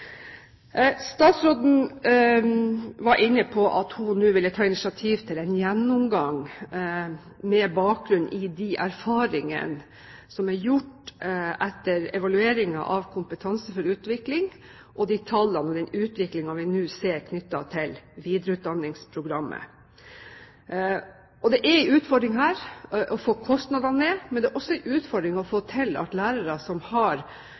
Statsråden var inne på at hun nå ville ta initiativ til en gjennomgang med bakgrunn i de erfaringene som er gjort etter evalueringen av Kompetanse for utvikling, og de tallene og den utviklingen vi nå ser, knyttet til videreutdanningsprogrammet. Det er en utfordring her å få kostnadene ned, men det er også en utfordring å legge til rette for at lærere som har